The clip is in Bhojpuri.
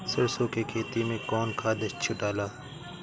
सरसो के खेती मे कौन खाद छिटाला?